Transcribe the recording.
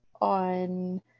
on